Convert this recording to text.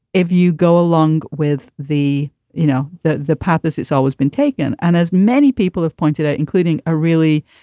if you go along with the you know, the the path's, it's always been taken. and as many people have pointed out, including a really,